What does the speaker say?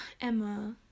Emma